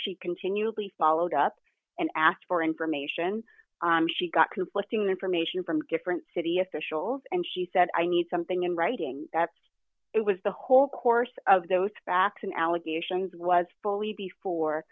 she continually followed up and asked for information she got conflicting information from different city officials and she said i need something in writing that it was the whole course of those facts and allegations was fully before